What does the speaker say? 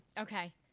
Okay